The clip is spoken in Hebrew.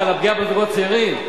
על מה, על הפגיעה בזוגות הצעירים?